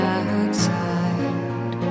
outside